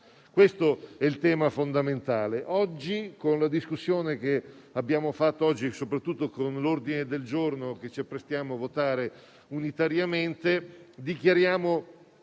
Questo è il tema fondamentale. Oggi, con la discussione che abbiamo affrontato, soprattutto con l'ordine del giorno che ci apprestiamo a votare unitariamente, dichiariamo